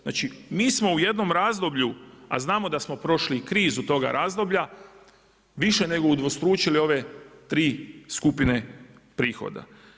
Znači mi smo u jednom razdoblju, a znamo da smo prošli krizu toga razdoblja, više nego udvostručili ove tri skupine prihoda.